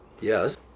Yes